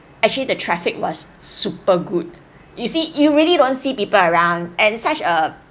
actually the traffic was super good you see you really don't see people around and such a